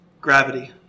Gravity